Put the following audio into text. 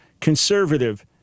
conservative